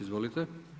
Izvolite.